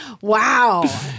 wow